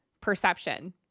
perception